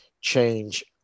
change